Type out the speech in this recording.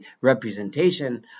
representation